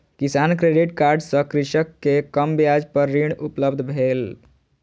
किसान credit card सँ कृषक के कम ब्याज पर ऋण उपलब्ध भेल